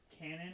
canon